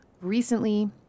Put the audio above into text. recently